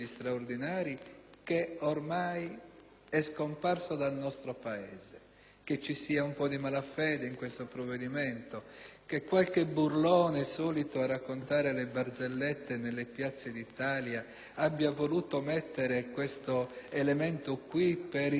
è scomparso dal nostro Paese. Mi chiedo se ci sia un po' di malafede in questo provvedimento e se qualche burlone, solito a raccontare le barzellette nelle piazze d'Italia, abbia voluto inserire questo elemento per indurre all'ottimismo e magari